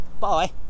bye